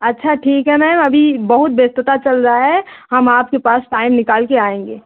अच्छा ठीक है मैम अभी बहुत व्यस्तता चल रही है हम आपके पास टाइम निकालकर आएँगे